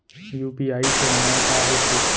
UPI सेवाएं का होथे?